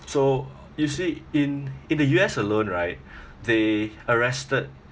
so you see in in the U_S alone right they arrested